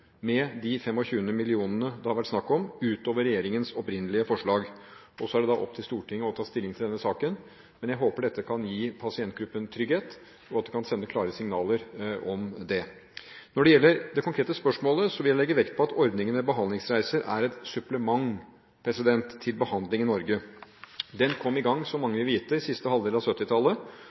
med de 25 mill. kr det har vært snakk om, utover regjeringens opprinnelige forslag. Og så er det da opp til Stortinget å ta stilling til denne saken. Men jeg håper dette kan gi pasientgruppen trygghet, og at det kan sende klare signaler om det. Når det gjelder det konkrete spørsmålet, vil jeg legge vekt på at ordningen med behandlingsreiser er et supplement til behandling i Norge. Den kom i gang, som mange vil vite, på siste halvdel av